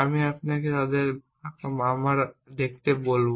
আমি আপনাকে তাদের আবার দেখতে বলব